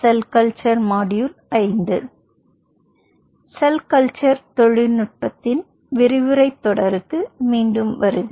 செல் culture தொழில்நுட்பத்தின் விரிவுரைத் தொடருக்கு மீண்டும் வருக